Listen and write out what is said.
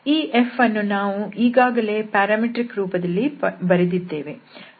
ಈ F ಅನ್ನು ನಾವು ಈಗಾಗಲೇ ಪ್ಯಾರಾಮೆಟ್ರಿಕ್ ರೂಪದಲ್ಲಿ ಬರೆದಿದ್ದೇವೆ